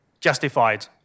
justified